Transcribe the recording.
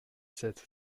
sept